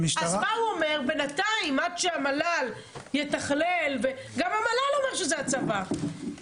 גם המל"ל אומר שזה הצבא.